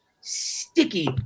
sticky